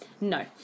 no